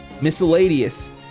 Miscellaneous